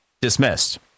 dismissed